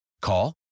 Call